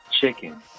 chicken